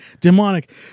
demonic